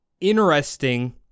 interesting